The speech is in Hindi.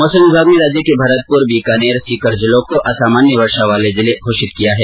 मौसम विभाग ने राज्य के भरतपुर बीकानेर और सीकर जिलों को असामान्य वर्षा वाले जिले घोषित किया है